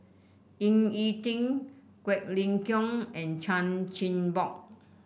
Ying E Ding Quek Ling Kiong and Chan Chin Bock